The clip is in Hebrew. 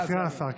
סגן השר, סגן השר.